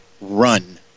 run